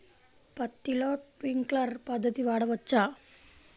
పత్తిలో ట్వింక్లర్ పద్ధతి వాడవచ్చా?